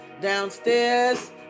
Downstairs